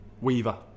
Weaver